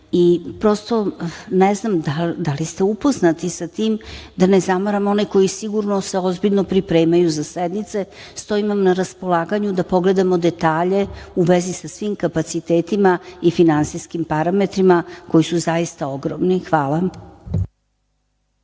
ne znam da li ste upoznati sa tim, da ne zamaram one koji se sigurno ozbiljno pripremaju za sednice, stojim vam na raspolaganju da pogledamo detalje u vezi sa svim kapacitetima i finansijskim parametrima koji su zaista ogromni. Hvala.